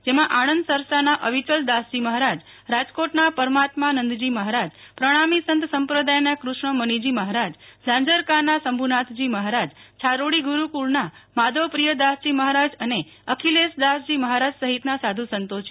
જેમાં આણંદ સરસાના અવિચલ દાસજી મહારાજ રાજકોટના પરમાત્માનંદજી મહારાજ પ્રણામી સંત સંપ્રદાયના કૃષ્ણ મુનીજી મહારાજ ઝાંઝરકાના શંભુનાથી મહારાજ છારોડી ગુરુકુળના માધવપ્રિયાદસજી મહારાજ અને અખિલેશદાસજી મહારાજ સહીતના સાધુ સંતો છે